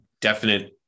definite